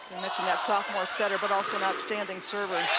mentioned that sophomore center, but also an outstanding server.